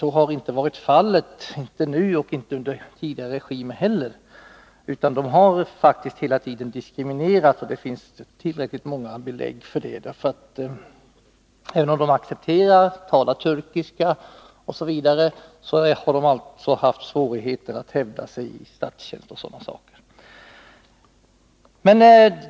Så är inte fallet, och det har inte heller varit så under tidigare regimer. Kurderna har faktiskt hela tiden diskriminerats— det finns tillräckligt många belägg för detta. Även om de accepterar att tala turkiska osv., har de haft svårigheter att hävda sig bl.a. när det gällt att få statlig anställning.